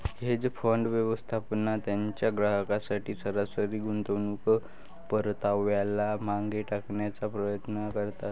hedge fund, व्यवस्थापक त्यांच्या ग्राहकांसाठी सरासरी गुंतवणूक परताव्याला मागे टाकण्याचा प्रयत्न करतात